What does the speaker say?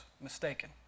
mistaken